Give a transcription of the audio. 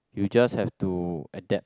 you just have to adapt